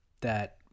That-